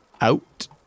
out